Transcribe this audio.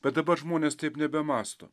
bet dabar žmonės taip nebemąsto